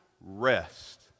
rest